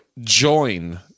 join